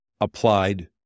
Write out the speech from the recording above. applied